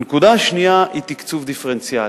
הנקודה השנייה היא תקצוב דיפרנציאלי.